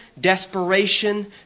desperation